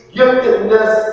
giftedness